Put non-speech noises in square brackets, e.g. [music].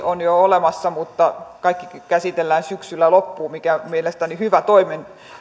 [unintelligible] on jo olemassa mutta kaikki käsitellään syksyllä loppuun mikä on mielestäni hyvä